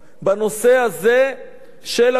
לא בתמונות לתקשורת, לא בהצגות,